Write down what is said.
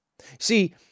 See